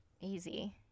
easy